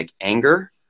anger